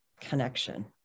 connection